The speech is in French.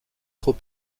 trop